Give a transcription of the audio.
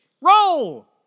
Roll